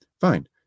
fine